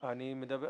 אני מדבר